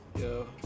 Yo